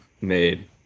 made